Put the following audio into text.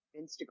Instagram